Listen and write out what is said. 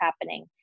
happening